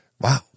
Wow